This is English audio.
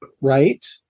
right